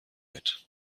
mit